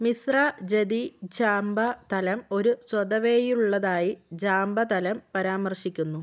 മിസ്റ ജതി ഝാമ്പ തലം ഒരു സ്വതവേയുള്ളതായി ജാമ്പ തലം പരാമർശിക്കുന്നു